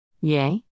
Yay